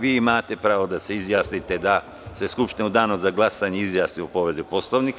Vi imate pravo da se izjasnite da se Skupština u danu za glasanje izjasni o povredi Poslovnika.